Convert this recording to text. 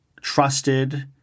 trusted